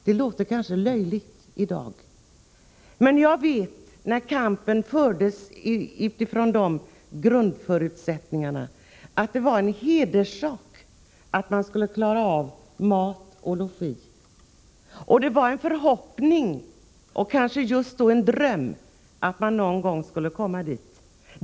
Detta låter kanske löjligt i dag, men jag vet att det när kampen fördes utifrån dessa grundförutsättningar var en hederssak att man skulle klara av mat och logi. Det var också en förhoppning, och kanske just då en dröm, ätt någon gång kunna genomföra de förbättringar det nu är fråga om.